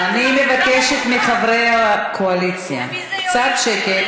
אני מבקשת מחברי הקואליציה, קצת שקט.